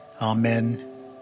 Amen